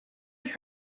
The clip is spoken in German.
ich